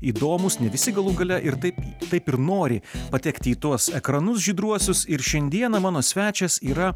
įdomūs ne visi galų gale ir taip taip ir nori patekti į tuos ekranus žydruosius ir šiandieną mano svečias yra